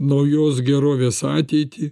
naujos gerovės ateitį